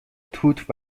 توت